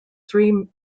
three